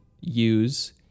use